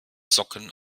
socken